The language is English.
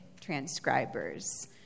transcribers